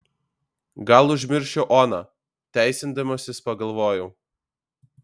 gal užmiršiu oną teisindamasis pagalvojau